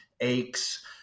aches